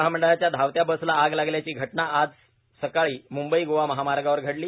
महामंडळाच्या धावत्या बसला आग लागल्याची घटना आज सकाळी मुंबई गोवा महामार्गावर घडली